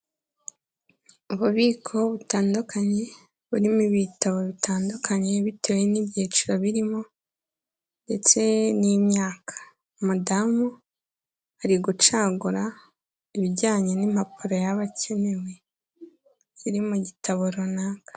Ububiko butandukanye burimo ibitabo bitandukanye bitewe n'ibyiciro birimo ndetse n'imyaka. Umudamu ari gucagura ibijyanye n'impapuro yaba akeneye, ziri mu gitabo runaka.